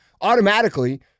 automatically